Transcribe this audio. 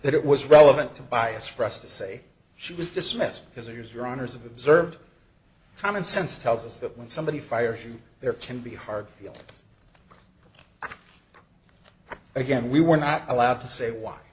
that it was relevant to bias for us to say she was dismissed because there's your honour's of observed common sense tells us that when somebody fires you there can be hard but again we were not allowed to say why